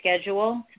schedule